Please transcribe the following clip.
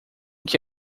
que